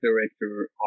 director